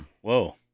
Whoa